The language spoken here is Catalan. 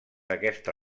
aquesta